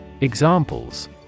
examples